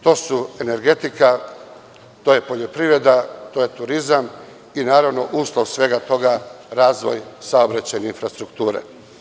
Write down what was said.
To su energetika, poljoprivreda, turizam i naravno uslov svega toga je razvoj saobraćajne infrastrukture.